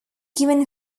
given